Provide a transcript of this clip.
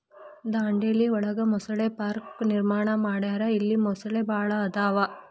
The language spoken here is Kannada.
ದಾಂಡೇಲಿ ಒಳಗ ಮೊಸಳೆ ಪಾರ್ಕ ನಿರ್ಮಾಣ ಮಾಡ್ಯಾರ ಇಲ್ಲಿ ಮೊಸಳಿ ಭಾಳ ಅದಾವ